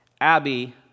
Abby